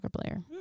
player